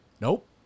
Nope